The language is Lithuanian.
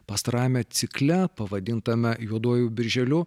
pastarajame cikle pavadintame juoduoju birželiu